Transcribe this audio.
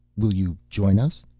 will you join us?